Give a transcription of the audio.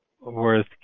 worth